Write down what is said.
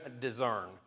discern